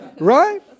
Right